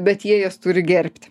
bet jie jas turi gerbt